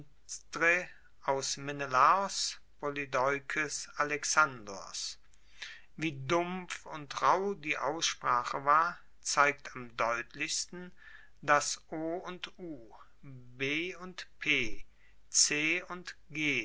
aus menelaos polydeukes alexandros wie dumpf und rauh die aussprache war zeigt am deutlichsten dass o und u b und p c und